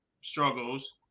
struggles